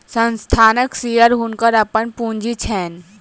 संस्थानक शेयर हुनकर अपन पूंजी छैन